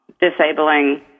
disabling